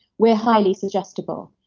we're highly suggestible.